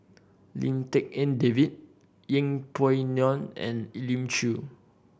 Lim Tik En David Yeng Pway Ngon and Elim Chew